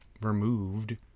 removed